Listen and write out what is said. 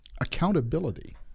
accountability